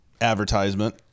advertisement